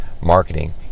marketing